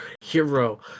hero